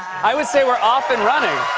i would say we're off and running.